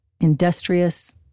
industrious